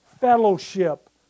fellowship